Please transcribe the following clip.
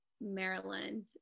Maryland